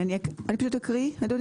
אקריא אדוני.